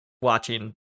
watching